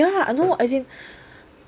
ya no as in